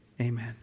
Amen